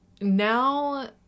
Now